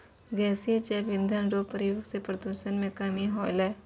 गैसीय जैव इंधन रो प्रयोग से प्रदूषण मे कमी होलै